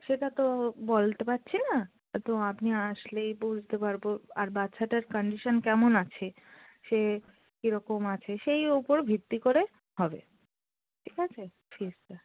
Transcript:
সেটা তো বলতে পারছি না তো আপনি আসলেই বুঝতে পারবো আর বাচ্চাটার কানন্ডিশান কেমন আছে সে কি রকম আছে সেই ওপর ভিত্তি করে হবে ঠিক আছে ফিসটা